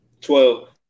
Twelve